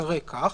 ייקרא כך: